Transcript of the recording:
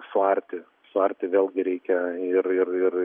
suarti suarti vėlgi reikia ir ir ir